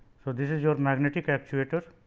so, this is your magnetic actuator